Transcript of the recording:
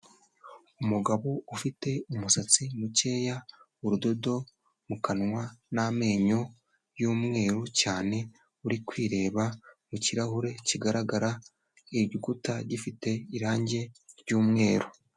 Umugabo ufite umusatsi mukeya, urudodo mu kanwa n'amenyo y'umweru cyane, uri kwireba mu kirahure kigaragara, n’igikuta gifite irangi ry'umweru.